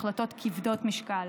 החלטות כבדות משקל.